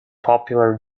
popular